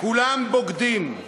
כולם בוגדים,